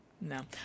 No